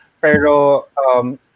Pero